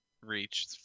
Reach